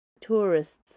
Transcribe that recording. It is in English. Tourists